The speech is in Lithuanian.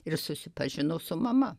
ir susipažino su mama